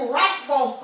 rightful